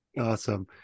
Awesome